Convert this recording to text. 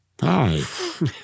Hi